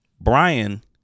Brian